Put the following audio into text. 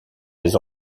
des